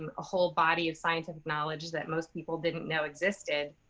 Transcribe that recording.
um a whole body of scientific knowledge that most people didn't know existed,